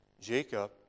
Jacob